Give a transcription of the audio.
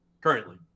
currently